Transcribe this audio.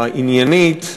העניינית והתורמת.